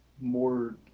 more